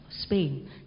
Spain